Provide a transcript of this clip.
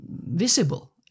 visible